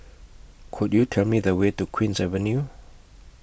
Could YOU Tell Me The Way to Queen's Avenue